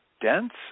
dense